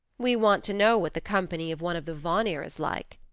we want to know what the company of one of the vanir is like.